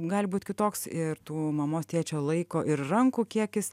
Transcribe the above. gali būt kitoks ir tų mamos tėčio laiko ir rankų kiekis